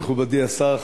מכובדי השר,